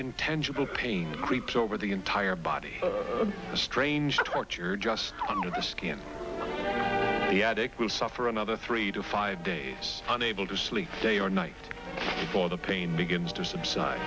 intentional pain creeps over the entire body a strange torture just under the skin yeah dick will suffer another three to five days unable to sleep day or night for the pain begins to subside